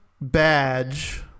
badge